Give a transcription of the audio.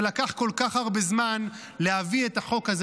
שלקח להם כל כך הרבה זמן להביא את החוק הזה